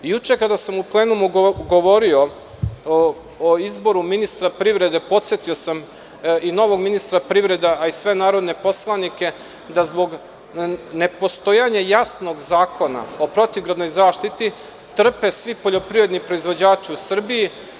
Juče kada sam na plenumu govorio o izboru ministra privrede, podsetio sam i novog ministra privrede, a i sve narodne poslanike, da zbog nepostojanja jasnog Zakona o protivgradnoj zaštiti trpe svi poljoprivredni proizvođači u Srbiji.